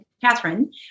Catherine